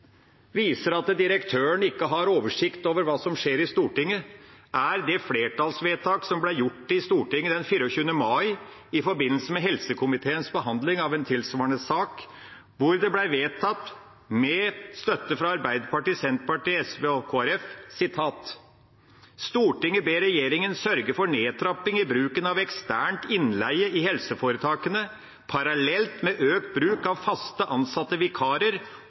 viser at direktøren ikke har oversikt over hva som skjer i Stortinget, er det flertallsvedtaket som ble fattet i Stortinget den 24. mai i forbindelse med helsekomiteens behandling av en tilsvarende sak, hvor følgende ble vedtatt, med støtte fra Arbeiderpartiet, Senterpartiet, SV og Kristelig Folkeparti: «Stortinget ber regjeringen sørge for nedtrapping i bruken av ekstern innleie i helseforetakene parallelt med økt bruk av faste ansatte vikarer,